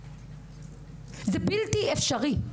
זה בלתי אפשרי.